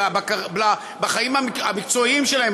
בחיים המקצועיים שלהם,